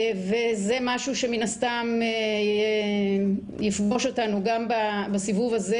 זה משהו שמן הסתם יפגוש אותנו גם בסיבוב הזה,